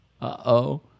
Uh-oh